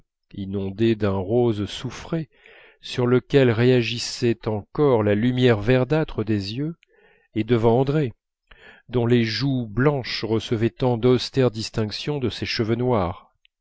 inondée d'un rose soufré sur lequel réagissait encore la lumière verdâtre des yeux et devant andrée dont les joues blanches recevaient tant d'austère distinction de ses cheveux noirs